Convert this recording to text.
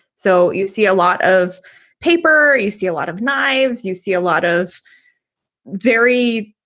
so you see a lot of paper, you see a lot of knives, you see a lot of very.